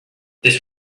this